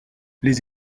les